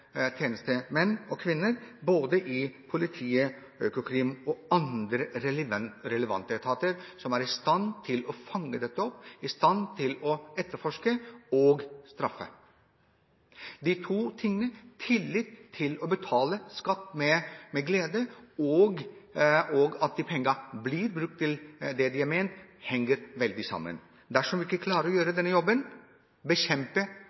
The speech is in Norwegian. og -kvinner både i politiet, Økokrim og andre relevante etater, som er i stand til å fange dette opp, og i stand til å etterforske og straffe. De to tingene – å betale skatt med glede og ha tillit til at pengene blir brukt til det de er ment – henger tett sammen. Dersom en ikke klarer å gjøre denne jobben og bekjempe